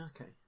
okay